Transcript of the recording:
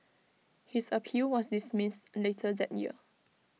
his appeal was dismissed later that year